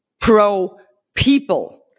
pro-people